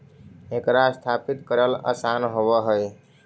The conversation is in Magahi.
एकरा स्थापित करल आसान होब हई